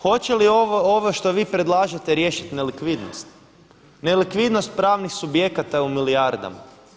Hoće li ovo što vi predlažete riješiti nelikvidnost, nelikvidnost pravnih subjekata u milijardama?